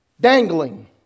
Dangling